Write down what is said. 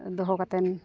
ᱫᱚᱦᱚ ᱠᱟᱛᱮᱫ